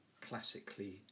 classically